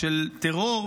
של טרור,